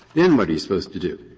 then what are you supposed to do?